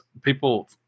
people